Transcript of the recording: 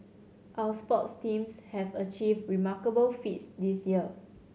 our sports teams have achieved remarkable feats this year